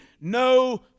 no